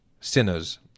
sinners